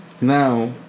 Now